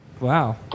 wow